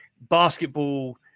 basketball